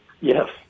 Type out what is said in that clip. Yes